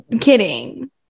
kidding